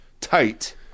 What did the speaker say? tight